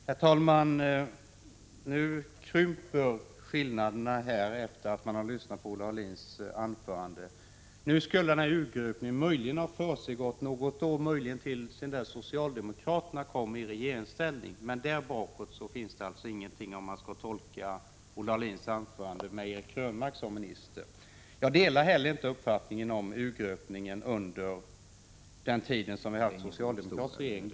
Herr talman! Nu krymper skillnaderna — det står klart sedan vi har lyssnat — 24 april 1986 till Olle Aulins replik. Nu skulle den här urgröpningen möjligen ha försiggått något år sedan socialdemokraterna kom tillbaka i regeringsställning. Bakåt i tiden finns det inget fog för att tala om urgröpning. Så måste jag tolka Olle Aulins omdöme om Eric Krönmarks tid som försvarsminister. Jag delar inte uppfattningen att det skett en urgröpning under den tid som vi har haft socialdemokratisk regering.